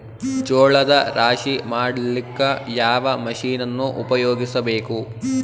ಜೋಳದ ರಾಶಿ ಮಾಡ್ಲಿಕ್ಕ ಯಾವ ಮಷೀನನ್ನು ಉಪಯೋಗಿಸಬೇಕು?